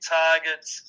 targets